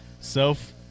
Self